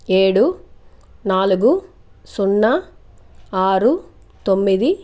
ఏడు నాలుగు సున్నా ఆరు తొమ్మిది